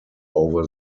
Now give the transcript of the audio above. over